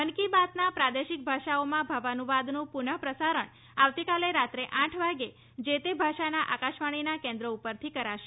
મન કી બાતના પ્રાદેશિક ભાષાઓમાં ભાવાનુવાદનું પુનઃ પ્રસારણ આવતીકાલે રાત્રે આઠ વાગે જે તે ભાષાના આકાશવાણીના કેન્ત્રો પરથી કરાશે